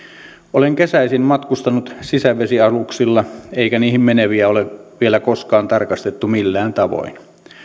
olen kesäisin matkustanut sisävesialuksilla eikä niihin meneviä ole vielä koskaan tarkastettu millään tavoin